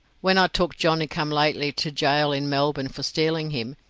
when i took johnny-come-lately to gaol in melbourne for stealing him,